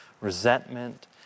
resentment